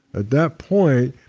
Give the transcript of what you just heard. at that point,